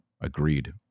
Agreed